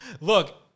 Look